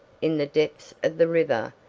in the depths of the river,